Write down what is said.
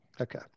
Okay